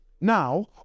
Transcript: Now